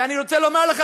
ואני רוצה לומר לך,